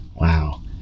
Wow